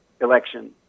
election